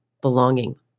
belonging